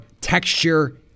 texture